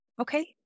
Okay